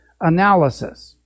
analysis